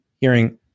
hearing